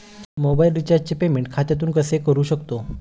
Mobile रिचार्जचे payment खात्यातून कसे करू शकतो?